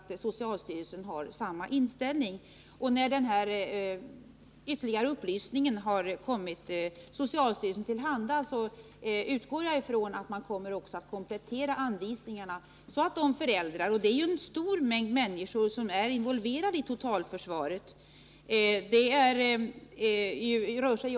För egen del har jag närmast fattat uppdraget så, att utredningen skulle klarlägga om det eventuellt behövdes några justeringar av lagen, för att seriösa företag inom kontorsservicebranschen skulle kunna fortsätta en av såväl kunder som anställda uppskattad service.